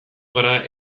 gara